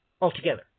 altogether